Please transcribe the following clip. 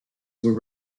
were